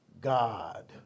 God